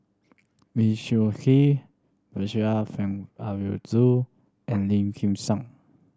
Lee Choon Kee Percival Frank Aroozoo and Lim Kim San